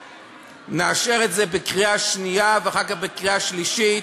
נאשר את זה בקריאה שנייה ואחר כך בקריאה שלישית.